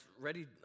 ready